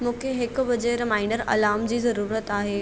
मूंखे हिकु बजे रिमाइंडरु अलाम जी ज़रूरत आहे